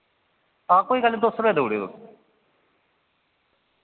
हां कोई गल्ल नि दो सौ रपेया देऊड़ेयो तुस